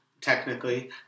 technically